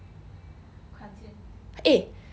看先